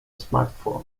smartphones